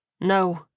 No